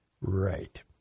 Right